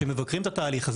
כשמבקרים את התהליך.